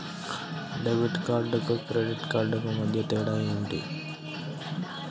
Debit కార్డుకు credit కార్డుకు మధ్య తేడా ఏమిటీ?